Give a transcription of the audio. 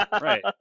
Right